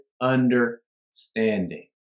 understanding